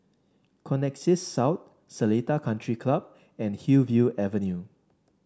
Connexis South Seletar Country Club and Hillview Avenue